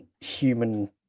human